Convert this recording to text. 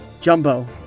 Jumbo